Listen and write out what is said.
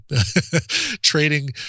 trading